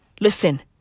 Listen